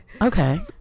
okay